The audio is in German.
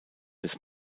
des